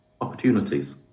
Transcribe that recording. opportunities